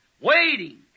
waiting